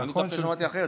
אני דווקא שמעתי אחרת.